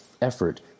effort